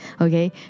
Okay